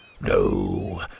No